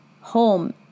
home